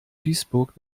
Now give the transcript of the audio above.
duisburg